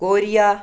Korea